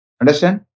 Understand